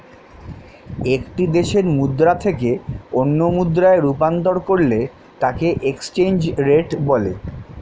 একটি দেশের মুদ্রা থেকে অন্য মুদ্রায় রূপান্তর করলে তাকেএক্সচেঞ্জ রেট বলে